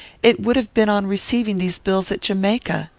it would have been on receiving these bills at jamaica.